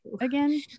again